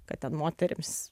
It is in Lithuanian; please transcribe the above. kad ten moterims